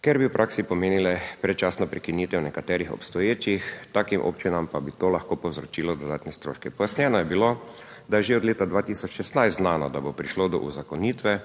kar bi v praksi pomenile predčasno prekinitev nekaterih obstoječih, takim občinam pa bi to lahko povzročilo dodatne stroške. Pojasnjeno je bilo, da je že od leta 2016 znano, da bo prišlo do uzakonitve